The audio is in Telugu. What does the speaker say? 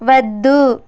వద్దు